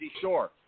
Shore